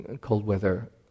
cold-weather